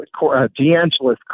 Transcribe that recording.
deangelis